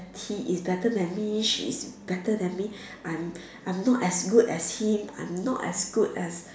he is better than me she is better than me I'm I'm not as good as him I'm not as good as